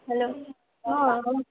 hello